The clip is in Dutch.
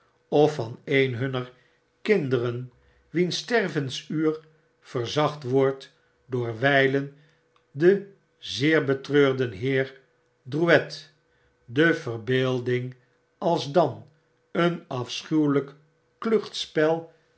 of vaneenhunner kinderen wiens stervensuur verzacht wordt door wijlen den zeer betreurden heer drouet de verbeelding alsdan een